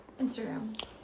Instagram